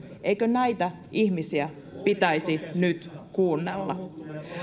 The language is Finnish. eikö näitä ihmisiä pitäisi nyt kuunnella